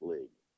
League